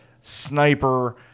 sniper